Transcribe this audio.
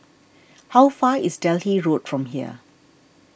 how far is Delhi Road from here